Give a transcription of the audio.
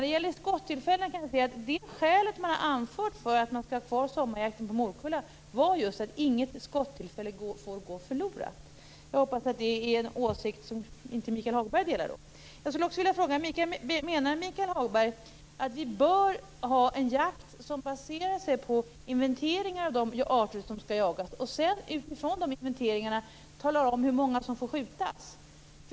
Det skäl som man har anfört för att man skall ha kvar sommarjakten på morkulla var just att inget skottillfälle får gå förlorat. Jag hoppas att det är en åsikt som Michael Hagberg inte delar. Jag skulle också vilja fråga om Michael Hagberg menar att vi bör ha en jakt som baserar sig på inventeringar av de arter som skall jagas och att vi utifrån de inventeringarna talar om hur många som får skjutas.